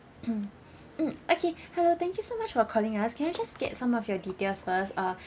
mm okay hello thank you so much for calling us can I just get some of your details first uh